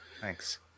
Thanks